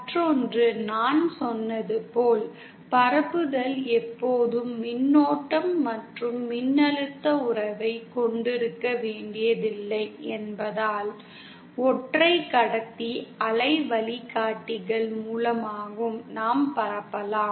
மற்றொன்று நான் சொன்னது போல் பரப்புதல் எப்போதும் மின்னோட்டம் மற்றும் மின்னழுத்த உறவைக் கொண்டிருக்க வேண்டியதில்லை என்பதால் ஒற்றை கடத்தி அலை வழிகாட்டிகள் மூலமாகவும் நாம் பரப்பலாம்